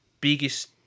biggest